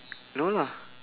no lah